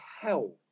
hell